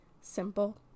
simple